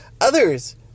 others